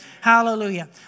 Hallelujah